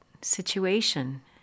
situation